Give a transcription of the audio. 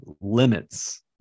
limits